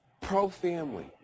pro-family